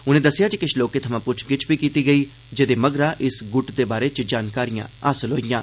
उनें दस्सेआ जे किश लोकें थमां पुच्छगिच्छ बी कीती गेई जेह्दे मगरा इस गुट दे बारै च जानकारियां हासल होईआं